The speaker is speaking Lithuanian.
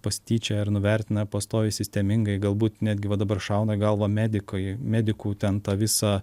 ar pasityčioja ar nuvertina pastoviai sistemingai galbūt netgi va dabar šauna į galvą medikai medikų ten ta visa